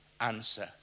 answer